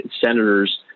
senators